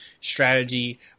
strategy